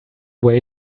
way